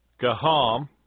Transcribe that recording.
Gaham